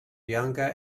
younger